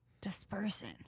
dispersing